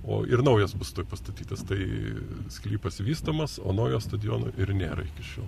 o ir naujas bus pastatytas tai sklypas vystomas o naujo stadiono ir nėra iki šiol